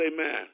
amen